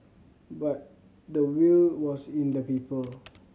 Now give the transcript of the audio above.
but the will was in the people